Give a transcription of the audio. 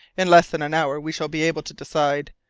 in less than an hour we shall be able to decide.